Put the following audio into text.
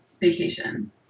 vacation